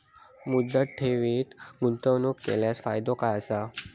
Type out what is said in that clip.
मुदत ठेवीत गुंतवणूक केल्यास फायदो काय आसा?